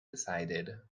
decided